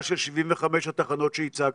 של 75 התחנות שהצגת?